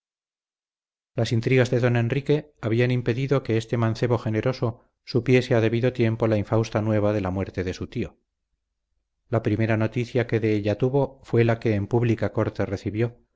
las intrigas de don enrique habían impedido que este mancebo generoso supiese a debido tiempo la infausta nueva de la muerte de su tío la primera noticia que de ella tuvo fue la que en pública corte recibió